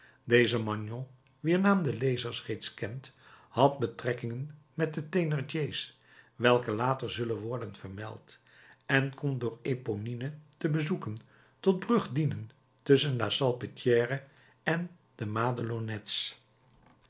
deze magnon wier naam de lezer reeds kent had betrekkingen met de thénardiers welke later zullen worden vermeld en kon door eponine te bezoeken tot brug dienen tusschen la salpetrière en de madelonnettes